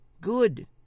Good